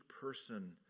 person